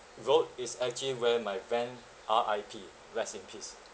road is actually where my van R_I_P rest in peace